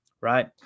right